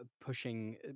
pushing